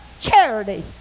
Charity